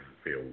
feel